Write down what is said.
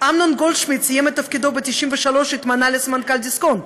אמנון גודלשמידט סיים את תפקידו ב-1993 והתמנה לסמנכ"ל דיסקונט,